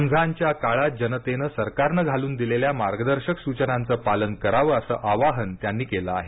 रमझानच्या काळात जनतेनं सरकारनं घालून दिलेल्या मार्गदर्शक सूचनांचं पालन करावं असं आवाहन त्यांनी केलं आहे